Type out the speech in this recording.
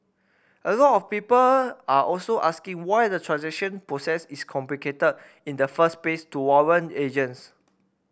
a lot of people are also asking why the transaction process is complicated in the first place to warrant agents